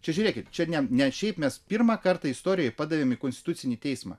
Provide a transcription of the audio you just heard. čia žiūrėkit čia ne ne šiaip mes pirmą kartą istorijoj padavėme į konstitucinį teismą